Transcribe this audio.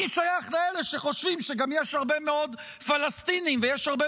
אני שייך לאלה שחושבים שיש גם הרבה מאוד פלסטינים ויש הרבה